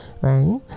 right